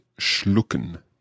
schlucken